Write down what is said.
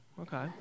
okay